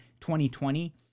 2020